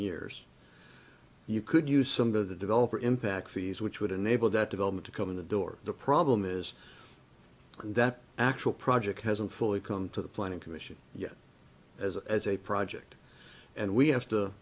years you could use some of the developer impact fees which would enable that development to come in the door the problem is that actual project hasn't fully come to the planning commission yet as a as a project and we have to